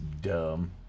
dumb